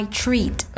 treat